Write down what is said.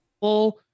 full